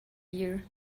year